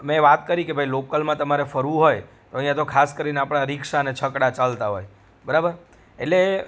મેં વાત કરી કે ભાઈ લોકલમાં તમારે ફરવું હોય તો અહીંયાં તો ખાસ કરીને આપણા રિક્ષાને છકડા ચાલતા હોય બરાબર એટલે